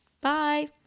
bye